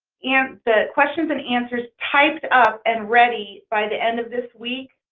and the questions and answers typed up and ready by the end of this week.